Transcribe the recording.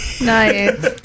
Nice